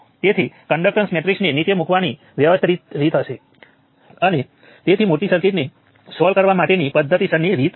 તેથી આ રીતે તમે નોડલ એનાલિસિસનો ઉપયોગ કરીને સર્કિટમાં તમને જોઈતા કોઈપણ વેરિયેબલ માટે આ રીતે સોલ્વ કરી શકો છો